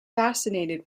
fascinated